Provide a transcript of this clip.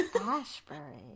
Ashbury